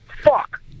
fuck